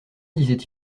disait